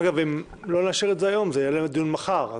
אגב, אם לא נאשר את זה היום, זה יעלה לדיון מחר.